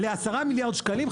ל-10 מיליארד שקלים,